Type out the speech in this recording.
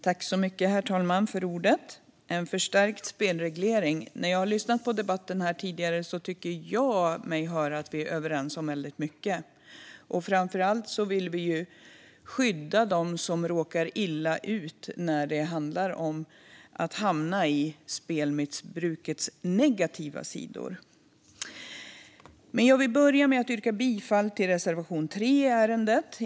Herr talman! Det handlar om en förstärkt spelreglering. Efter att ha lyssnat på debatten här tycker jag mig höra att vi är överens om mycket. Framför allt vill vi skydda dem som råkar illa ut när det handlar om att drabbas av spelmissbrukets negativa sidor. Jag vill börja med att yrka bifall till reservation 3 i ärendet.